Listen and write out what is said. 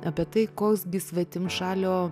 apie tai koks gi svetimšalio